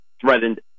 threatened